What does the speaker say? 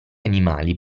animali